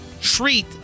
treat